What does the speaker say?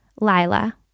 Lila